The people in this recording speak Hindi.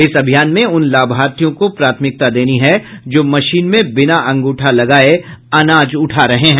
इस अभियान में उन लाभर्थियों को प्राथमिकता देनी है जो मशीन में बिना अंगूठा लगाये अनाज उठा रहे हैं